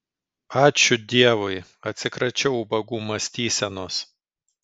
ačiū dievui atsikračiau ubagų mąstysenos